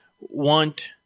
want –